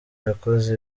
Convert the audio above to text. yakoze